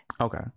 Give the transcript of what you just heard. okay